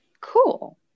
cool